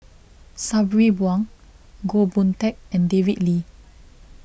Sabri Buang Goh Boon Teck and David Lee